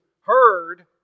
heard